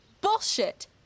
Bullshit